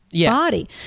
body